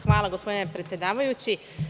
Hvala gospodine predsedavajući.